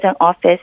office